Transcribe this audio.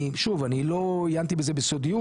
אני שוב אני לא עיינתי בזה ביסודיות